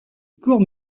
court